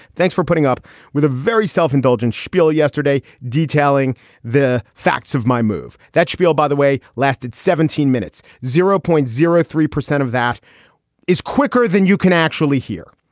thanks for putting up with a very self-indulgent spiel yesterday detailing the facts of my move. that spiel, by the way, lasted seventeen minutes. zero point zero. three percent of that is quicker than you can actually hear.